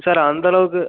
sir அந்த அளவுக்கு